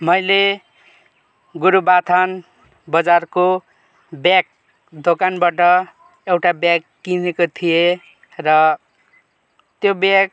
मैले गुरुबथान बजारको ब्याग दोकानबाट एउटा ब्याग किनेको थिएँ र त्यो ब्याग